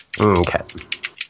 Okay